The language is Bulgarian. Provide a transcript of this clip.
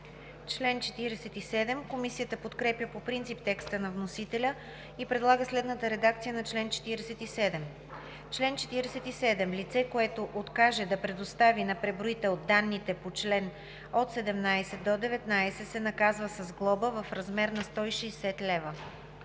Комисията подкрепя по принцип текста на вносителя и предлага следната редакция на чл. 47: „Чл. 47. Лице, което откаже да предостави на преброител данните по чл. 17 – 19, се наказва с глоба в размер 160 лв.“